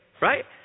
right